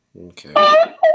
Okay